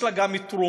יש לה גם מתרומות,